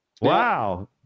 Wow